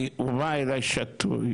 הוא בא אליי שתוי,